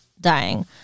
dying